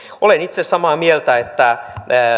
olen itse samaa mieltä että